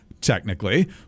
technically